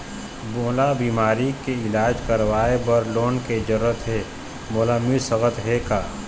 मोला बीमारी के इलाज करवाए बर लोन के जरूरत हे मोला मिल सकत हे का?